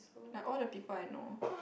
like all the people I know